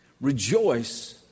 rejoice